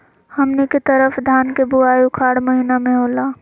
हमनी के तरफ धान के बुवाई उखाड़ महीना में होला